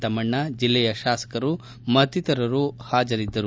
ತಮ್ನಣ್ಣ ಜಿಲ್ಲೆಯ ಶಾಸಕರು ಮತ್ತಿತರರು ಹಾಜರಿದ್ದರು